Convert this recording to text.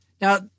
Now